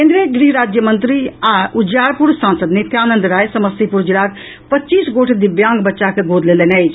केन्द्रीय गृह राज्य मंत्री आ उजियापुर सांसद नित्यानंद राय समस्तीपुर जिलाक पच्चीस गोट दिव्यांग बच्चा के गोद लेलनि अछि